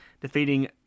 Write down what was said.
defeating